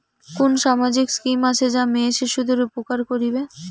কুন সামাজিক স্কিম আছে যা মেয়ে শিশুদের উপকার করিবে?